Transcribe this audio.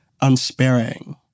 unsparing